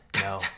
no